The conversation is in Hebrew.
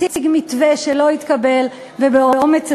הציג מתווה שלא התקבל,